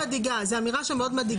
זו אמירה שמאוד מדאיגה.